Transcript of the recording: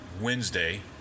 Wednesday